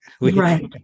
Right